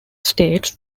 states